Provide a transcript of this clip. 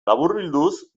laburbilduz